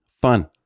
fun